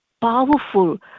powerful